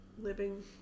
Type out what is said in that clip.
living